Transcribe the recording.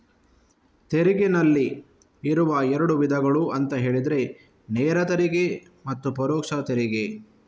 ತೆರಿಗೆನಲ್ಲಿ ಇರುವ ಎರಡು ವಿಧಗಳು ಅಂತ ಹೇಳಿದ್ರೆ ನೇರ ತೆರಿಗೆ ಮತ್ತೆ ಪರೋಕ್ಷ ತೆರಿಗೆ